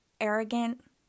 arrogant